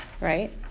right